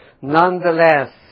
Nonetheless